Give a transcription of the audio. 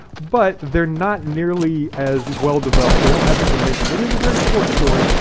but they're not nearly as well-developed. they don't have the dimension. it is a very shorty story,